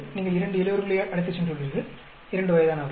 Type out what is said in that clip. நீங்கள் இரண்டு இளையவர்களை அழைத்துச் சென்றுள்ளீர்கள் இரண்டு வயதானவர்கள்